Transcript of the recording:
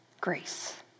grace